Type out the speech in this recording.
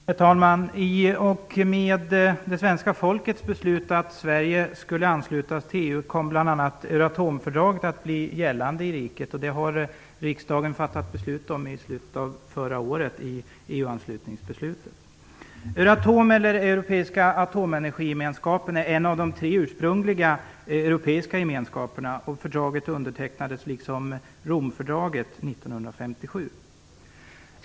Herr talman! I och med det svenska folkets beslut att Sverige skulle anslutas till EU kom bl.a. Euratomfördraget att bli gällande i riket. Detta fattade riksdagen beslut om i slutet av förra året i EU Euratom, dvs. Europeiska atomenergigemenskapen, är en av de tre ursprungliga europeiska gemenskaperna. Fördraget undertecknades liksom Romfördraget 1957.